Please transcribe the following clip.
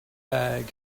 bag